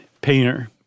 painter